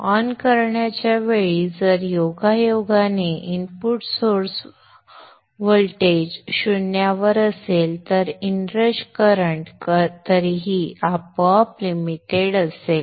on करण्याच्या वेळी जर योगायोगाने इनपुट सोर्स व्होल्टेज शून्यावर असेल तर इनरश करंट तरीही आपोआप लिमिटेड असेल